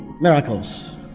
miracles